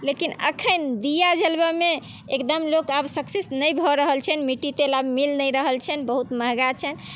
लेकिन अखन दिया जलबैमे एकदम लोग आब सक्सेस नहि भऽ रहल छै मिट्टी तेल आब मिल नहि रहल छनि बहुत मँहगा छनि